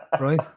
right